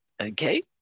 Okay